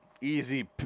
easy